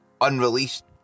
unreleased